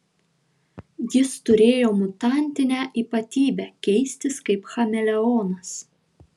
jis turėjo mutantinę ypatybę keistis kaip chameleonas